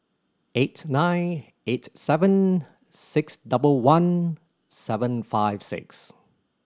eight nine eight seven six double one seven five six